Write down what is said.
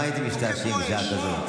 על מה הייתם משתעשעים בשעה כזאת?